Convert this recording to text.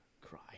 cry